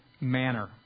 manner